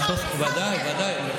ודאי, ודאי.